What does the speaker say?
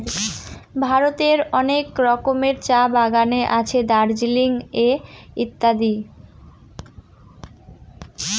ভারতের অনেক রকমের চা বাগানে আছে দার্জিলিং এ ইত্যাদি